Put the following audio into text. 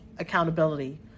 accountability